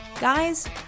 Guys